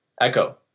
Echo